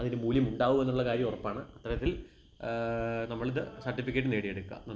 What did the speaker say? അതിന് മൂല്യം ഉണ്ടാകുമെന്നുള്ള കാര്യം ഉറപ്പാണ് അത്തരത്തിൽ നമ്മളിത് സർട്ടിഫിക്കറ്റ് നേടിയെടുക്കുക നന്ദി